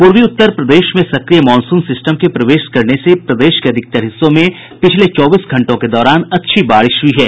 पूर्वी उत्तर प्रदेश में सक्रिय मॉनसून सिस्टम के प्रवेश करने से प्रदेश के अधिकतर हिस्सों में पिछले चौबीस घंटों के दौरान अच्छी बारिश हुयी है